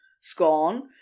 scorn